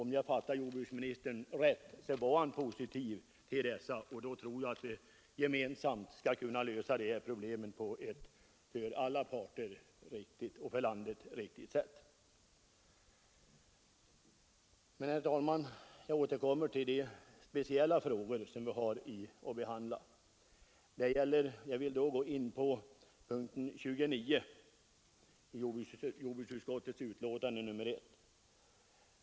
Om jag har fattat jordbruksministern rätt var han alltså positiv till motionerna, och då tror jag att vi gemensamt skall kunna lösa problemen på ett för alla parter och för landet riktigt sätt. Herr talman! Jag återkommer till de speciella frågor som behandlas i jordbruksutskottets betänkande nr 1 och börjar då med punkten 29.